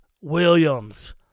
Williams